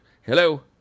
Hello